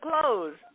close